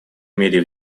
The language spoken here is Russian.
мере